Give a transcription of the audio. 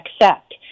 accept